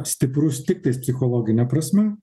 stiprus tiktais psichologine prasme